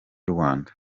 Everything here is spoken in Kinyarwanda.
rwanda